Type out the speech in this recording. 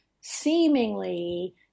seemingly